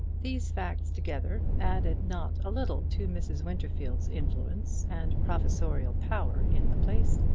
these facts together added not a little to mrs. winterfield's influence and professorial power in the place,